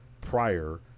prior